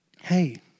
Hey